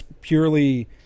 purely